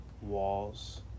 walls